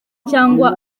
cyangwa